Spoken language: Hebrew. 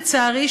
לצערי,